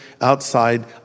outside